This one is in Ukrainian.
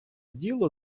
діло